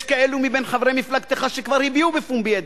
יש כאלו בין חברי מפלגתך שכבר הביעו בפומבי את